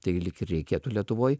tai lyg ir reikėtų lietuvoj